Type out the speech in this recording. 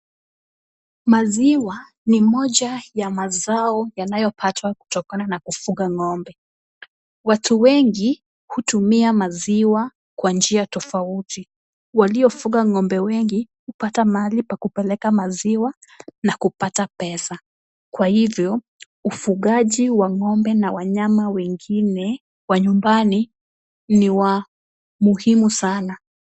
Maziwa ni moja ya mazao yanayopatwa kutokana na kufuga ng'ombe. Watu wengi hutumia maziwa kwa njia tofauti. Waliofuga ng'ombe wengi hupata mahali pa kupeleka maziwa na kupata pesa, kwa hivyo ufugaji wa ng'ombe na wanyama wengine wa nyumbani ni wa muhimu sana.